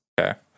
okay